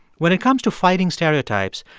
when it comes to fighting stereotypes,